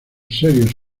serios